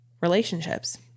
relationships